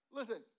Listen